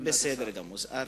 בסדר גמור.